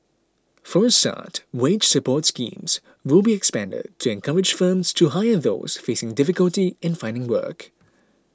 for a start wage support schemes will be expanded to encourage firms to hire those facing difficulty in finding work